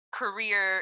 career